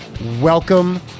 Welcome